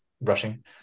Rushing